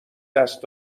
دست